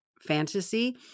fantasy